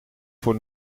voor